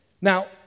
Now